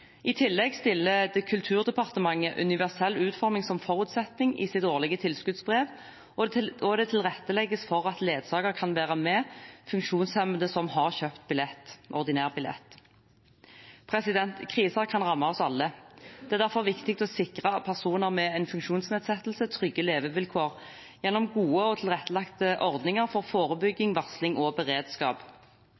I tillegg setter Kulturdepartementet universell utforming som forutsetning i sitt årlige tilskuddsbrev, og det tilrettelegges for at ledsager kan være med funksjonshemmede som har kjøpt ordinær billett. Kriser kan ramme oss alle. Det er derfor viktig å sikre personer med en funksjonsnedsettelse trygge levevilkår gjennom gode og tilrettelagte ordninger for